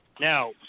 Now